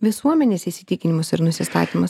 visuomenės įsitikinimus ir nusistatymus